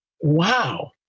wow